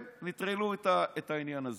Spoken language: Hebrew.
הם נטרלו את העניין הזה.